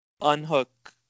unhook